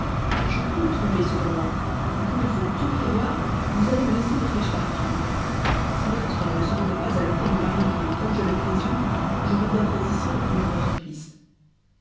je puis me tromper cependant et comme il faut tout prévoir vous allez me laisser des flèches partout si notre homme ne se rendait pas à l'hôtel de mariembourg comme je le présume je reviendrais ici reprendre votre piste